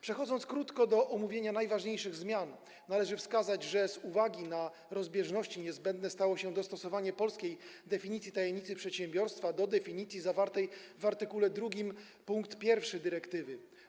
Przechodząc do krótkiego omówienia najważniejszych zmian, należy wskazać, że z uwagi na rozbieżności niezbędne stało się dostosowanie polskiej definicji tajemnicy przedsiębiorstwa do definicji zawartej w art. 2 pkt 1 dyrektywy.